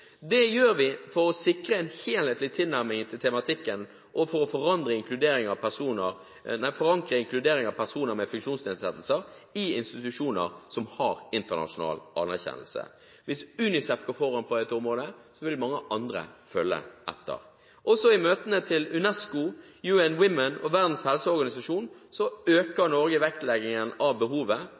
Det gjør vi for å sikre en helhetlig tilnærming til tematikken og for å forankre inkludering av personer med funksjonsnedsettelser i institusjoner som har internasjonal anerkjennelse. Hvis UNICEF går foran på dette området, vil mange andre følge etter. Også i møtene til UNESCO, UN Women og Verdens helseorganisasjon øker Norge vektleggingen av behovet,